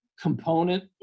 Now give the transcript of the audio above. component